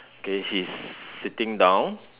okay he's sitting down